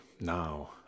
Now